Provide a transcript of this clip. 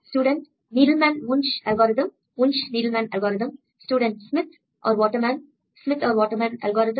student Needleman Wunsch algorithm Wunsch Needleman algorithm student Smith और Waterman Smith और Waterman algorithm